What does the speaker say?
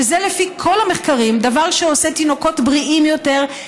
שזה לפי כל המחקרים דבר שעושה תינוקות בריאים יותר,